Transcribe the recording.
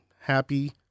happy